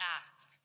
ask